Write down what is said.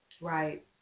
Right